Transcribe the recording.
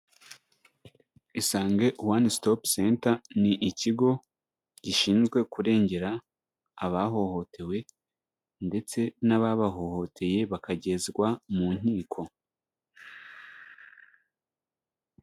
Isange One Stop centre ni ikigo gishinzwe kurengera abahohotewe ndetse n'ababahohoteye bakagezwa mu nkiko.